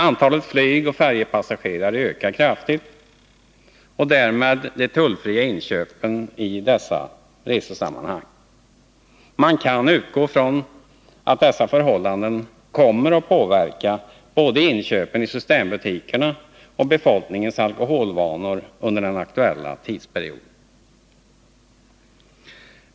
Antalet flygoch färjepassagerare ökar kraftigt och därmed de tullfria inköpen i dessa resesammanhang. Man kan utgå från att dessa förhållanden kommer att påverka både inköpen i systembutikerna och befolkningens alkoholvanor under den aktuella tidsperioden.